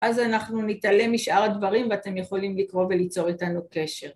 אז אנחנו נתעלם משאר הדברים ואתם יכולים לקרוא וליצור איתנו קשר.